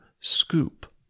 scoop